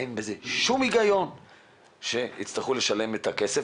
אין בזה שום הגיון שהם יצטרכו לשלם את הכסף.